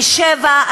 ושבע,